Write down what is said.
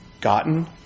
gotten